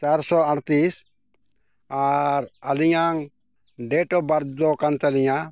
ᱪᱟᱨᱥᱚ ᱟᱴᱛᱨᱤᱥ ᱟᱨ ᱟᱹᱞᱤᱧᱟᱜ ᱰᱮᱴ ᱚᱯᱷ ᱵᱟᱨᱛᱷ ᱫᱚ ᱠᱟᱱ ᱛᱟᱹᱞᱤᱧᱟ